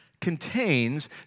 contains